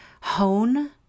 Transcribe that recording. hone